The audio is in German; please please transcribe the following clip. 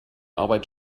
arbeit